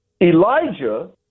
Elijah